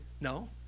no